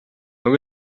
nog